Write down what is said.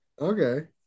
Okay